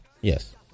Yes